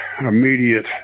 immediate